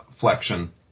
Flexion